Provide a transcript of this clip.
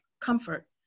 comfort